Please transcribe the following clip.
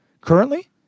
currently